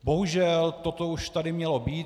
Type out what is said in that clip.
Bohužel toto už tady mělo být.